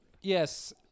yes